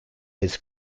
his